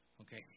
Okay